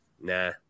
nah